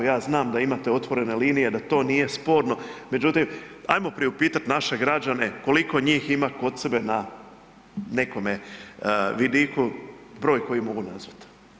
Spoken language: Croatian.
Ja znam da imate otvorene linije, da to nije sporno, međutim ajmo priupitat naše građane koliko njih ima kod sebe na nekome vidiku broj koji mogu nazvat?